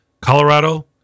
Colorado